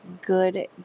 good